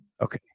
Okay